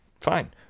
fine